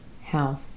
health